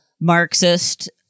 Marxist